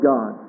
God